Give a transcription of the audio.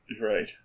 right